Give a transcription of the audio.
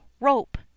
rope